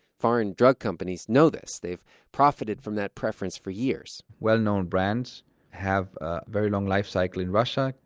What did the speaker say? foreign drug companies know this. they've profited from that preference for years well-known brands have a very long life cycle in russia,